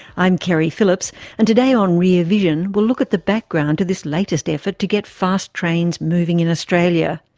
i'm keri phillips and today on rear vision, we'll look at the background to this latest effort to get fast trains moving in australia.